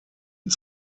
mit